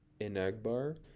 Inagbar